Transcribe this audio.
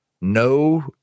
No